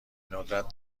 ندرت